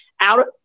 out